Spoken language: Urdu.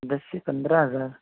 دس سے پندرہ ہزار